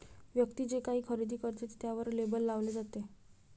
व्यक्ती जे काही खरेदी करते ते त्यावर लेबल लावले जाते